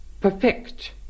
perfect